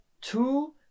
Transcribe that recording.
Two